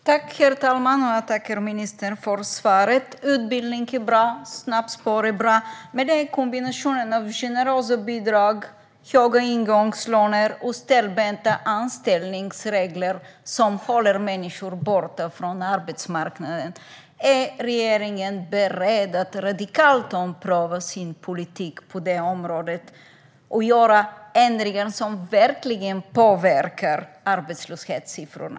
Herr talman! Jag tackar ministern för svaret. Utbildning är bra och snabbspår är bra, men det är kombinationen av generösa bidrag, höga ingångslöner och stelbenta anställningsregler som håller människor borta från arbetsmarknaden. Är regeringen beredd att radikalt ompröva sin politik på området och göra ändringar som verkligen påverkar arbetslöshetssiffrorna?